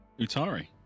Utari